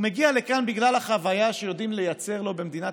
הוא מגיע לכאן בגלל החוויה שיודעים לייצר לו במדינת